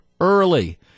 early